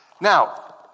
Now